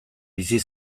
bizi